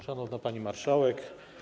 Szanowna Pani Marszałek!